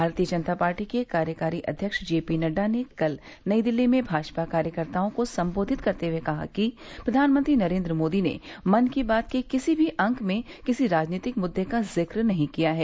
भारतीय जनता पार्टी के कार्यकारी अध्यक्ष जे पी नड्डा ने कल नई दिल्ली में भाजपा कार्यकर्ताओं को संबेधित करते हए कहा कि प्रधानमंत्री नरेन्द्र मोदी ने मन की बात के किसी भी अंक में किसी राजनीतिक मुद्दे का जिक्र नहीं किया है